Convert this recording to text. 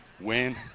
win